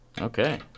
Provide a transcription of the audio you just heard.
Okay